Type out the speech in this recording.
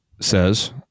says